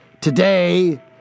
Today